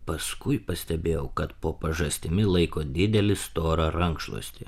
paskui pastebėjau kad po pažastimi laiko didelį storą rankšluostį